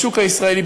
בשוק הישראלי,